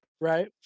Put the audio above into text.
right